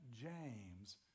James